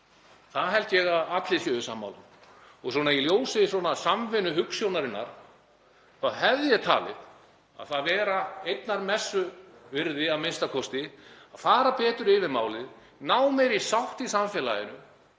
Það held ég að allir séu sammála um, og svona í ljósi samvinnuhugsjónarinnar hefði ég talið það vera einnar messu virði a.m.k. að fara betur yfir málið, ná meiri sátt í samfélaginu